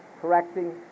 correcting